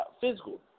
Physical